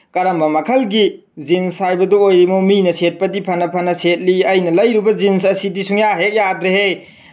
ꯀꯔꯝꯕ ꯃꯈꯜꯒꯤ ꯖꯤꯟꯁ ꯍꯥꯏꯕꯗꯨ ꯑꯣꯏꯔꯤꯕꯅꯣ ꯃꯤꯅ ꯁꯦꯠꯄꯗꯤ ꯐꯅ ꯐꯅ ꯁꯦꯠꯂꯤ ꯑꯩꯅ ꯂꯩꯔꯨꯕ ꯖꯤꯟꯁ ꯑꯁꯤꯗꯤ ꯁꯨꯡꯌꯥ ꯍꯦꯛ ꯌꯥꯗ꯭ꯔꯦꯍꯦ